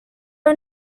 are